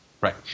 Right